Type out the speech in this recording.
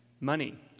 Money